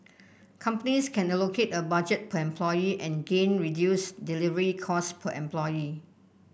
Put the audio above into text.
companies can allocate a budget per employee and gain reduced delivery cost per employee